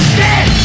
dead